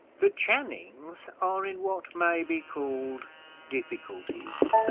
the channings are in what may be called difficulties,